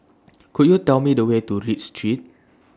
Could YOU Tell Me The Way to Read Street